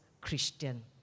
Christian